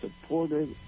supported